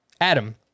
Adam